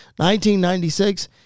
1996